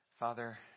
Father